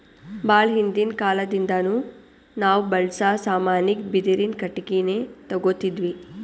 ಭಾಳ್ ಹಿಂದಿನ್ ಕಾಲದಿಂದಾನು ನಾವ್ ಬಳ್ಸಾ ಸಾಮಾನಿಗ್ ಬಿದಿರಿನ್ ಕಟ್ಟಿಗಿನೆ ತೊಗೊತಿದ್ವಿ